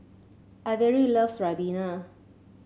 Averi loves Ribena